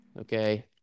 Okay